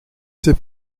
sais